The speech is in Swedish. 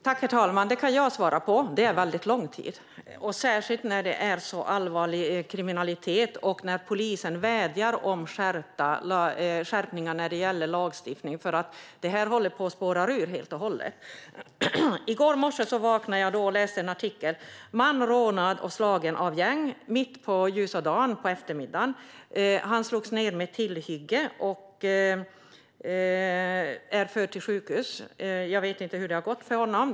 Herr talman! Det kan jag svara på: Det är väldigt lång tid, särskilt när det handlar om så allvarlig kriminalitet och polisen vädjar om lagstiftningsskärpningar eftersom detta håller på att spåra ur helt och hållet. I går morse när jag vaknade läste jag en artikel om en man som blivit rånad och slagen av ett gäng mitt på ljusa dagen, på eftermiddagen. Han slogs ned med ett tillhygge och fördes till sjukhus. Jag vet inte hur det har gått för honom.